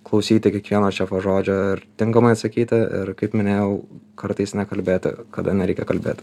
klausyti kiekvieno šefo žodžio ir tinkamai atsakyti kaip minėjau kartais nekalbėti kada nereikia kalbėt